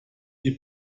die